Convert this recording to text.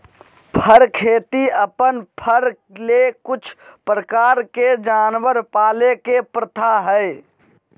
फर खेती अपन फर ले कुछ प्रकार के जानवर पाले के प्रथा हइ